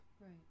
Right